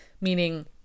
meaning